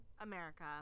America